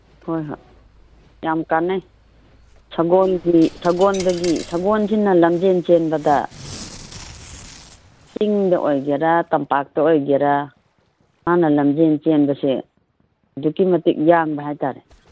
ꯍꯣꯏ ꯍꯣꯏ ꯌꯥꯝ ꯀꯥꯅꯩ ꯁꯒꯣꯜꯗꯒꯤ ꯁꯒꯣꯟꯁꯤꯅ ꯂꯝꯖꯦꯟ ꯆꯦꯟꯕꯗ ꯆꯤꯡꯗ ꯑꯣꯏꯒꯦꯔꯥ ꯇꯝꯄꯥꯛꯇ ꯑꯣꯏꯒꯦꯔꯥ ꯃꯥꯅ ꯂꯝꯖꯦꯟ ꯆꯦꯟꯕꯁꯦ ꯑꯗꯨꯛꯀꯤ ꯃꯇꯤꯛ ꯌꯥꯡꯕ ꯍꯥꯏ ꯇꯥꯔꯦ